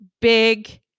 big